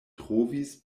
trovis